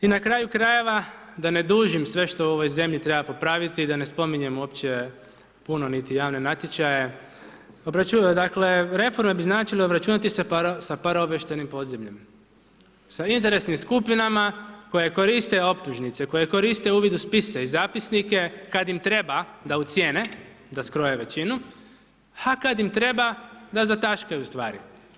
I na kraju krajeva, da ne dužim sve što u ovoj zemlji treba popraviti, da ne spominjem uopće puno niti javne natječaje, reforme bi značile obračunati se sa paraobavještajnim podzemljem, sa interesnim skupinama, koje koriste optužnice, koje koriste uvide u spise i zapisnike kada im treba da ucjene, da skroje većinu, a kada im treba da zataškaju stvari.